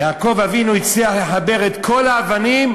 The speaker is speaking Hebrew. יעקב אבינו הצליח לחבר את האבנים,